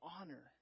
honor